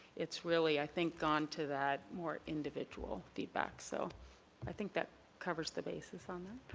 it's really, i think, gone to that more individual feedback. so i think that covers the basis on that.